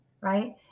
right